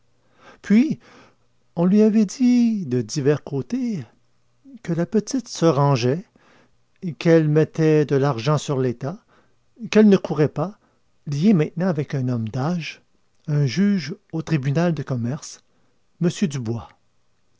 puis on lui avait dit de divers côtés que la petite se rangeait qu'elle mettait de l'argent sur l'état qu'elle ne courait pas liée maintenant avec un homme d'âge un juge au tribunal de commerce m dubois